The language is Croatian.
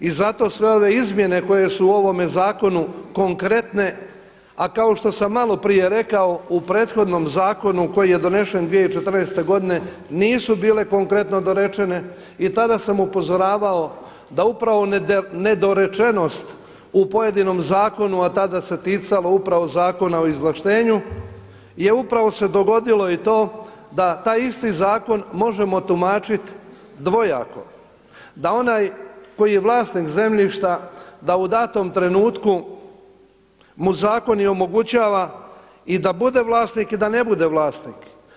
I zato sve ove izmjene koje su u ovome zakonu konkretne, a kao što sam malo prije rekao u prethodnom zakonu koji je donesen 2014. godine nisu bile konkretno dorečene i tada sam upozoravao da upravo nedorečenost u pojedinom zakonu, a tada se ticalo upravo Zakona o izvlaštenju je upravo se dogodilo i to da taj isti zakon možemo tumačiti dvojako, da onaj koji je vlasnik zemljišta da u datom trenutku mu zakon omogućava i da bude vlasnik i da ne bude vlasnik.